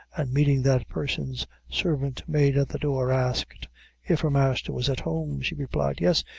and meeting that person's servant-maid at the door, asked if her master was at home. she replied, yes,